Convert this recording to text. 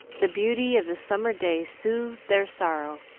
the beauty of the summer day soothed their sorrow,